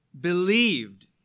believed